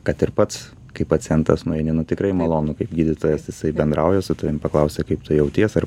kad ir pats kaip pacientas nueini nu tikrai malonu kaip gydytojas jisai bendrauja su tavim paklausia kaip tu jauties ar